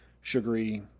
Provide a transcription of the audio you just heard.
sugary